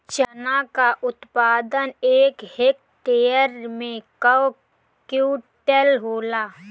चना क उत्पादन एक हेक्टेयर में कव क्विंटल होला?